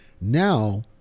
Now